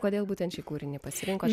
kodėl būtent šį kūrinį pasirinko